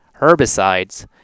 herbicides